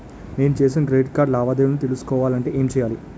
నేను చేసిన credit card లావాదేవీలను తెలుసుకోవాలంటే ఏం చేయాలి?